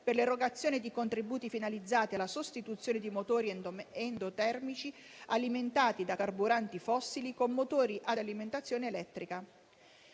per l'erogazione di contributi finalizzati alla sostituzione di motori endotermici alimentati da carburanti fossili con motori ad alimentazione elettrica.